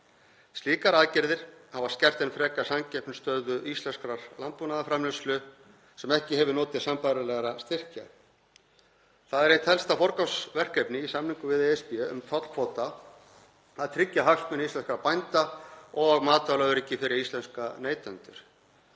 Slíkar aðgerðir hafa skert enn frekar samkeppnisstöðu íslenskrar landbúnaðarframleiðslu sem ekki hefur notið sambærilegra styrkja. Það er eitt helsta forgangsverkefni í samningum við ESB um tollkvóta að tryggja hagsmuni íslenskra bænda og matvælaöryggi fyrir íslenska neytendur.